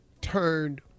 turned